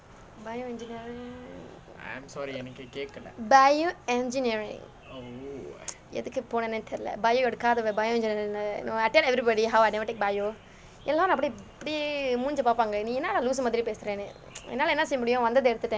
bioengineering bioengineering எதுக்கு போனேனு தெரியில்லே:athukku ponenu theriyille biomedical எடுக்காதவ:edukkaathava bioengineering no I tell everybody how I never take biomedical எல்லாரும் அப்படியே மூஞ்சி பார்ப்பாங்க நீ என்ன:ellaarum appadiye munji parpaanga ni enna lah லூசு மாதிரி பேசுறேன்னு என்னால என்ன செய்ய முடியும் வந்ததை எடுத்துட்டேன:loosu maathiri pesurennu ennaala enna seyya mudiyum vanthathai eduthuten